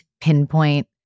pinpoint